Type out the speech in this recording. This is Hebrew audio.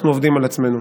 אנחנו עובדים על עצמנו.